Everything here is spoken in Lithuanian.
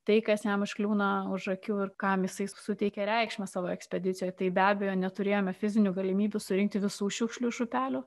tai kas jam užkliūna už akių ir kam jisai suteikia reikšmę savo ekspedicijoje tai be abejo neturėjome fizinių galimybių surinkti visų šiukšlių iš upelių